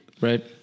Right